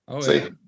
see